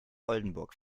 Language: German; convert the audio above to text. oldenburg